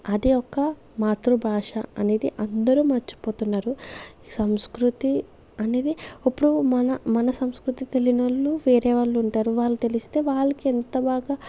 అది ఒక మాతృభాష అనేది అందరు మరిచిపోతున్నారు సంస్కృతి అనేది ఉప్పుడు మన మన సంస్కృతి తెలియనోళ్ళు వేరే వాళ్ళు ఉంటారు వాళ్ళు తెలిస్తే వాళ్ళకి ఎంత బాగా